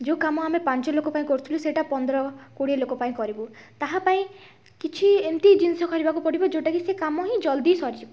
ଯେଉଁ କାମ ଆମେ ପାଞ୍ଚ ଲୋକ ପାଇଁ କରୁଥୁଲୁ ସେଟା ପନ୍ଦର କୋଡ଼ିଏ ଲୋକ ପାଇଁ କରିବୁ ତାହା ପାଇଁ କିଛି ଏମିତି ଜିନିଷ କରିବାକୁ ପଡ଼ିବ ଯେଉଁଟାକି ସେ କାମ ହିଁ ଜଲ୍ଦି ସରିଯିବ